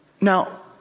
Now